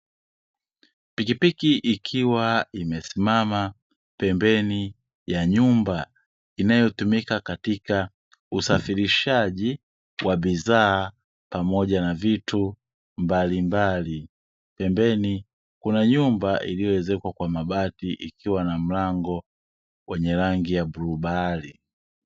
Pikipiki ikiwa imesimama pembeni ya nyumba, inayotumika katika usafirishaji wa bidhaa pamoja na vitu mbalimbali, pembeni kuna nyumba iliyoezekwa kwa mabati na ikiwa na mlango wenye rangi ya bluu bahari.